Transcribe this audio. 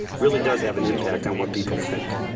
really does have an impact on what people think.